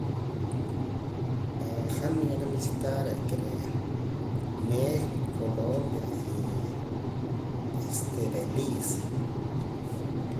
Han nib'anam visitar re' aka re' méxico colombia y belice.